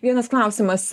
vienas klausimas